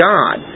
God